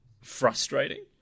frustrating